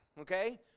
okay